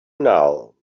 now